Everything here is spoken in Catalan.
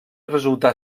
resultà